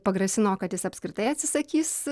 pagrasino kad jis apskritai atsisakys